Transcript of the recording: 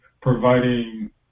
providing